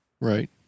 Right